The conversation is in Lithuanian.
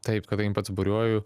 taip kadangi pats buriuoju